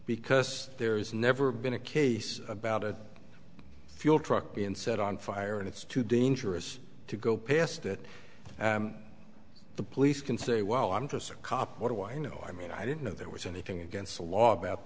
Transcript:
because there's never been a case about it fuel truck been set on fire and it's too dangerous to go past that and the police can say well i'm just a cop what do i know i mean i didn't know there was anything against the law about